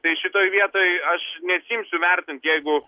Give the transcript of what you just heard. tai šitoj vietoj aš nesiimsiu vertint jeigu